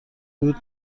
بود